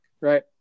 right